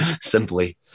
simply